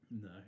No